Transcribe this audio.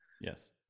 Yes